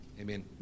Amen